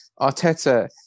arteta